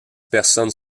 personnes